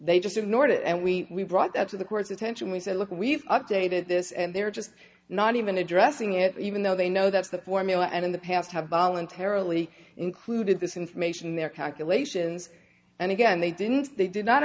they just ignored it and we brought that to the court's attention we said look we've updated this and they're just not even addressing it even though they know that's the formula and in the past have voluntarily included this information in their calculations and again they didn't they did not